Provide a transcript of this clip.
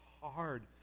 hard